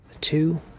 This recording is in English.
Two